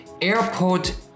airport